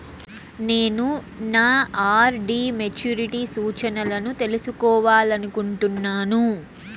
నేను నా RD maturity సూచనలను తెలుసుకోవాలనుకుంటున్నాను